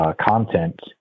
content